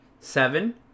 seven